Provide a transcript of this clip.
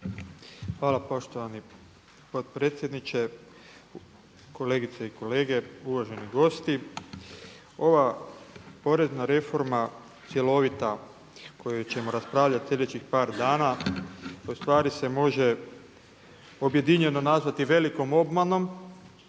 Hvala poštovani potpredsjedniče. Kolegice i kolege, uvaženi gosti ova porezna reforma cjelovita koju ćemo raspravljati slijedećih par dana ustvari se može objedinjeno nazvati velikom obmanom